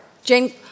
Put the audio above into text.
Jane